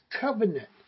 covenant